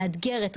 מאתגרת,